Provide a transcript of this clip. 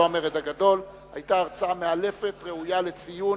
היתה הרצאה מאלפת ראויה לציון